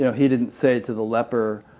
yeah he didn't say to the leper,